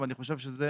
ואני חושב שזה